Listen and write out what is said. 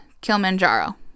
Kilimanjaro